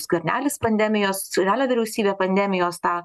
skvernelis pandemijos skvernelio vyriausybė pandemijos tą